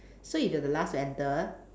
so if you're the last to enter